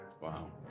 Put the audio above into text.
Wow